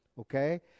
Okay